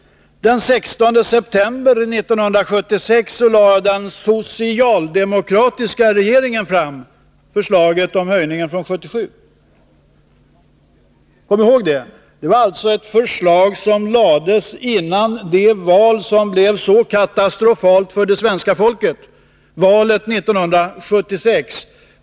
Den 16 september 1976 lade den socialdemokratiska regeringen fram förslaget om höjning från 1977. Kom ihåg det! Det var alltså ett förslag som lades fram före det val som blev så katastrofalt för svenska folket, valet 1976!